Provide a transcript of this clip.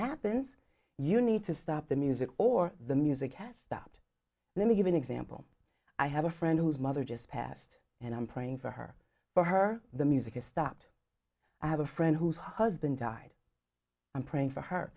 happens you need to stop the music or the music has stopped let me give an example i have a friend whose mother just passed and i'm praying for her or her the music has stopped i have a friend whose husband died i'm praying for her